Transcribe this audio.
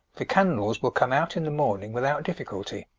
the candles will come out in the morning without difficulty.